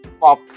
pop